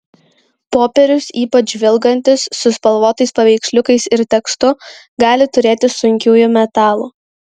popierius ypač žvilgantis su spalvotais paveiksliukais ir tekstu gali turėti sunkiųjų metalų